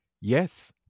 Yes